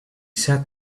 sat